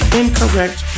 incorrect